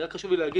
רק חשוב לי להגיד,